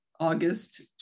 August